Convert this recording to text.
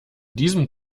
diesem